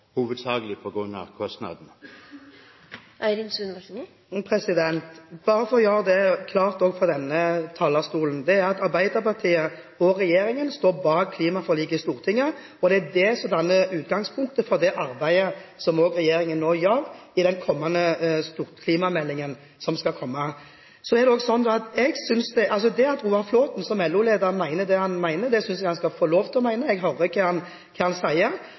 hovedsakelig på grunn av kostnadene? Bare for å gjøre det klart også fra denne talerstolen: Arbeiderpartiet og regjeringen står bak klimaforliket i Stortinget. Det er det som danner utgangspunktet for det arbeidet som regjeringen nå gjør i den klimameldingen som skal komme. At Roar Flåthen som LO-leder mener det han mener, synes jeg han skal få lov til. Jeg hører hva han sier. At statssekretæren i OED også tenker høyt rundt det han